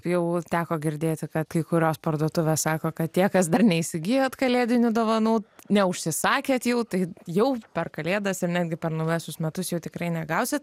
jau teko girdėti kad kai kurios parduotuvės sako kad tie kas dar neįsigijot kalėdinių dovanų neužsisakėt jau tai jau per kalėdas ir netgi per naujuosius metus jų tikrai negausit